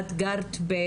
עד היום את גרת בשכירות?